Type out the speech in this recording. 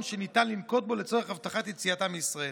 שניתן לנקוט לצורך הבטחת יציאתם מישראל,